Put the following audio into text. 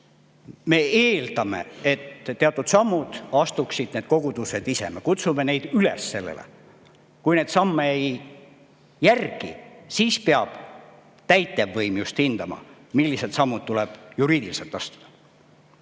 Me eeldame, et teatud sammud astuvad need kogudused ise. Me kutsume neid sellele üles. Kui neid samme ei järgne, siis peab just täitevvõim hindama, millised sammud tuleb juriidiliselt astuda.